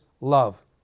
love